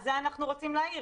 על זה אנחנו רוצים להעיר,